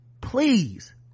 please